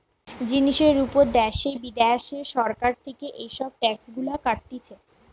জিনিসের উপর দ্যাশে বিদ্যাশে সরকার থেকে এসব ট্যাক্স গুলা কাটতিছে